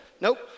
Nope